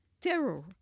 terror